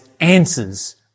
answers